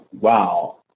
wow